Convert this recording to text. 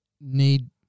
need